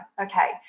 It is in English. Okay